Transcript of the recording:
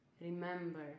Remember